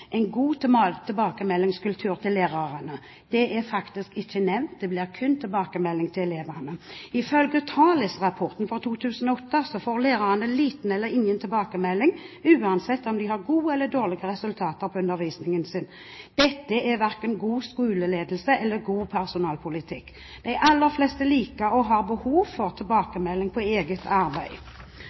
en god tilbakemeldingskultur overfor lærerne. Det er faktisk ikke nevnt, kun tilbakemelding til elevene. Ifølge TALIS for 2008 får lærerne liten eller ingen tilbakemelding på undervisningen sin uansett om de har gode eller dårlige resultater. Dette er verken god skoleledelse eller god personalpolitikk. De aller fleste liker og har behov for tilbakemelding på eget arbeid.